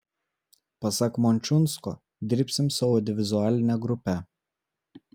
pasak mončiunsko dirbsim su audiovizualine grupe